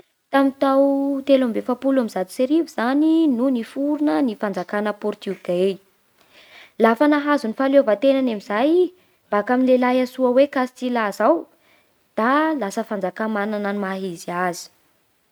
Tamin'ny tao telo amby efapolo amby zato sy arivo zany no niforona ny fanjakana Portigay. Lafa nahazo ny fahaleovan-tenany amin'izay i baka amin'ny lehilahy antsoina hoe Castilà izao lasa fanjakà manana ny maha izy azy.